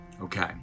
Okay